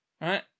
Right